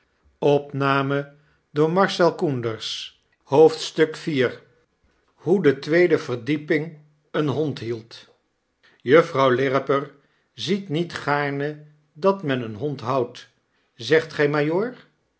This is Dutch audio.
iv hoe de tweede verdieping een hond hield juffrouw lirripper ziet niet gaarne dat men een hond houdt zegt gij majoor